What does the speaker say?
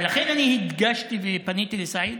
לכן אני הדגשתי ופניתי לסעיד,